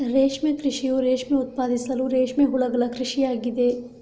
ರೇಷ್ಮೆ ಕೃಷಿಯು ರೇಷ್ಮೆ ಉತ್ಪಾದಿಸಲು ರೇಷ್ಮೆ ಹುಳುಗಳ ಕೃಷಿ ಆಗಿದೆ